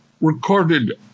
recorded